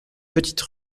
petite